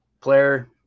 player